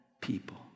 people